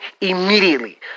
immediately